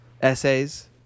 essays